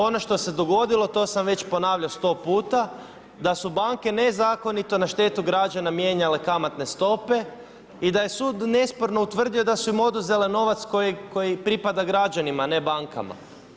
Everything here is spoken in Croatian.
Ono što se dogodilo to sam već ponavljao 100 puta da su banke nezakonito na štetu građana mijenjale kamatne stope i da je sud nesporno utvrdio da su im oduzele novac koji pripada građanima, a ne bankama.